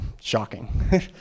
shocking